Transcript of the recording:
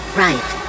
right